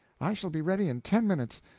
i shall be ready in ten minutes.